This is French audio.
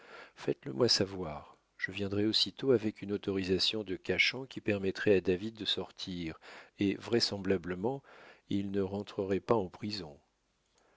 faites-le-moi savoir je viendrais aussitôt avec une autorisation de cachan qui permettrait à david de sortir et vraisemblablement il ne rentrerait pas en prison